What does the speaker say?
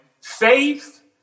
faith